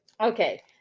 Okay